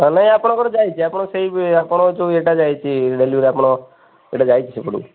ନହେଲେ ନାହିଁ ଆପଣଙ୍କର ଯାଇଛି ଆପଣ ସେହି ଆପଣଙ୍କ ଯେଉଁ ଏଇଟା ଯାଇଛି ଡେଲିଭରି ଆପଣଙ୍କ ଇଏଟା ଯାଇଛି ସେପଟକୁ